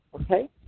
okay